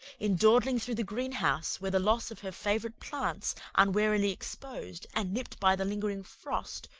in dawdling through the green-house, where the loss of her favourite plants, unwarily exposed, and nipped by the lingering frost,